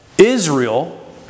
Israel